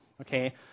Okay